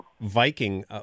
Viking